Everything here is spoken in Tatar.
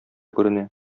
күренә